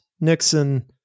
Nixon